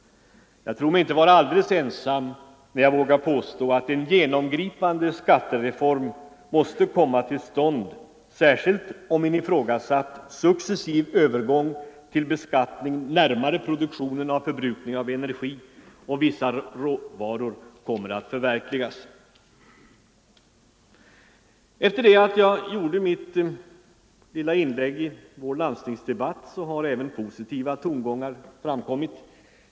Jag tror mig inte vara alldeles ensam, när jag vågar påstå att en genomgripande skattereform måste komma till stånd, särskilt om en ifrågasatt successiv övergång till beskattning ”närmare produktionen” av förbrukning av energi och vissa råvaror kommer att förverkligas. Efter det att jag gjorde mitt lilla inlägg i vår landstingsdebatt har även positiva tongångar framkommit.